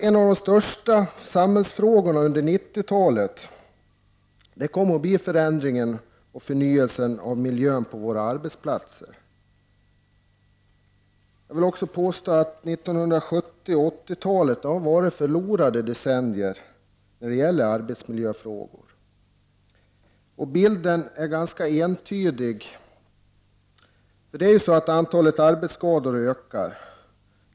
En av de största samhällsfrågorna under 90-talet kommer att bli förändringen och förnyelsen av miljön på våra arbetsplatser. Jag vill påstå att 70 och 80-talen har varit förlorade decennier när det gäller arbetsmiljöfrågor. Bilden är ganska entydig. Antalet arbetsskador ökar.